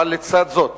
אבל לצד זאת